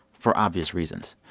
for obvious reasons.